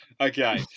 Okay